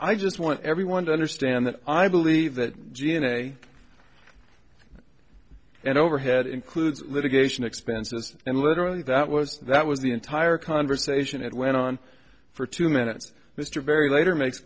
i just want everyone to understand that i believe that g and a and overhead includes litigation expenses and literally that was that was the entire conversation it went on for two minutes mr barry later makes